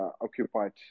occupied